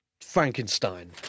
Frankenstein